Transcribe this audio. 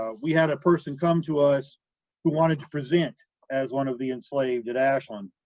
ah we had a person come to us who wanted to present as one of the enslaved at ashland.